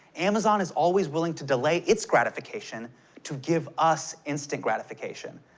amazon is always willing to delay its gratification to give us instant gratification.